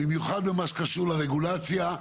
במיוחד במה שקשור לרגולציה,